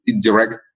direct